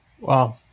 Wow